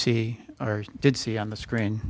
see or did see on the screen